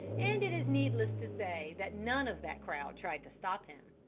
and it is needless to say that none of that crowd tried to stop him.